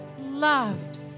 loved